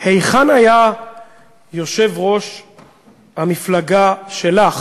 היכן היה יושב-ראש המפלגה שלך